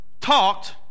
talked